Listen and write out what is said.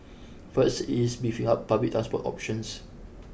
first it is beefing up public transport options